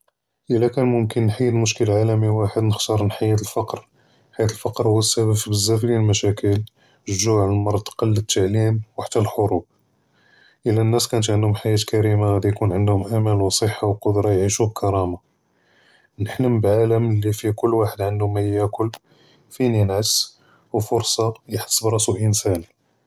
אלא כאן מומכן נחאיד מושכּיל עאלמי ואחד נכתאר נחאיד אלפקר, חית אלפקר הו סבב פי בזאף דיאל אלמושאכּל, אלג׳וע, אלמרד, קלת אלתעלים וחתה אלחורוב. אלא אלנאס כאנת ענדهوم חיאת כרימה ראדי יכון ענדهوم אמל, צחה וכראמה, נחלם בעאלם לי פיה כל ואחד ענדו מא יאכל ופין ינעס ופרצה כיחס בראסו אינסאן.